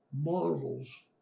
models